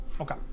Okay